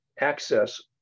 access